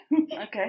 Okay